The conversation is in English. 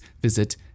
visit